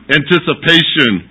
anticipation